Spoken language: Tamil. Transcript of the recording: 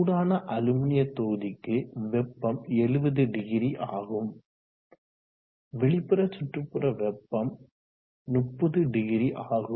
சூடான அலுமினிய தொகுதிக்கு வெப்பம் 700ஆகும் வெளிப்புற சுற்றுப்புற வெப்பம் 300 ஆகும்